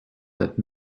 that